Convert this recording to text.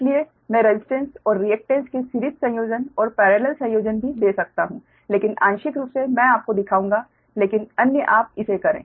इसलिए मैं रसिस्टेंस और रिएक्टेन्स के सिरीज़ संयोजन और पेरेलल संयोजन भी दे सकता हूं लेकिन आंशिक रूप से मैं आपको दिखाऊंगा लेकिन अन्य आप इसे करे